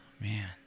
man